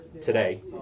today